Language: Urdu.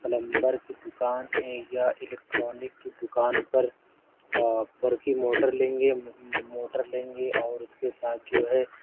پلمبر کی دکان میں یا الیکٹرانک کی دکان پر برقی موٹر لیں گے موٹر لیں گے اور اس کے ساتھ جو ہے